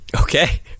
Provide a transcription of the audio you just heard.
Okay